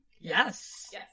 Yes